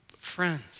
Friends